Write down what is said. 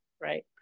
right